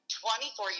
24